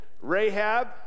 Rahab